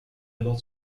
aborde